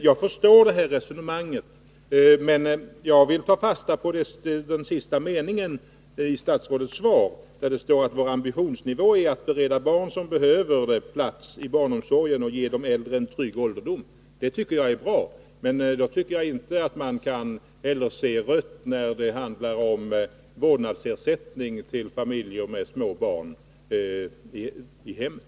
Jag förstår det här resonemanget, men jag vill ta fasta på den sista meningen i statsrådets svar, där det står: ”Vår ambitionsnivå är att bereda barn som behöver det plats i barnomsorgen och att ge de äldre en trygg ålderdom.” Detta tycker jag är bra. Men då kan man heller inte se rött när det handlar om vårdnadsersättning till familjer med små barn i hemmet.